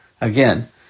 Again